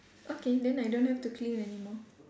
okay then I don't have to clean anymore